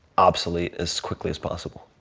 obsolete as quickly as possible.